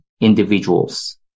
individuals